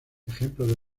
ejemplo